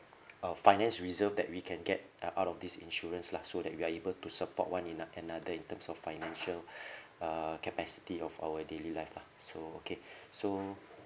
uh finance reserve that we can get uh out of this insurance lah so that we are able to support one ina~ another in terms of financial uh capacity of our daily life lah so okay so